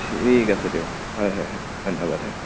ঠিক আছে দিয়ক হয় হয় হয় ধন্যবাদ হয়